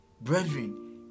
brethren